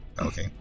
Okay